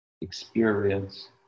experience